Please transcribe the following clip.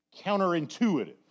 counterintuitive